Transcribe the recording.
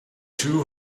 two